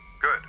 Good